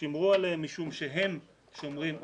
שימרו עליהם משום שהם שומרים עלינו.